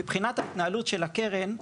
מבחינת ההתנהלות של הקרן,